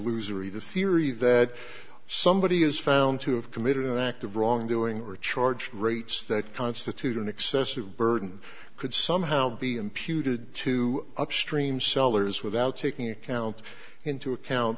loser either theory that somebody is found to have committed an act of wrongdoing or charge rates that constitute an excessive burden could somehow be imputed to upstream sellers without taking account into account